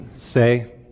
say